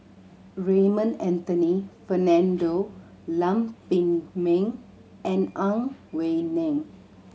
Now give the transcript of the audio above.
Raymond Anthony Fernando Lam Pin Min and Ang Wei Neng